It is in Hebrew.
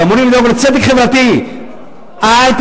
שאמורים לדאוג לצדק חברתי: אני מבקש מכם,